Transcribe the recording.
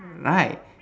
right